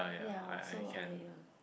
ya so I um